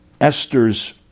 Esther's